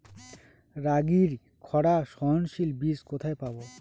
রাগির খরা সহনশীল বীজ কোথায় পাবো?